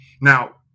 Now